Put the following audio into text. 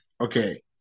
Okay